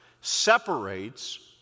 separates